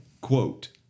quote